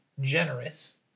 generous